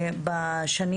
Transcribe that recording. בשנים